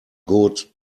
good